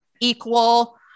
equal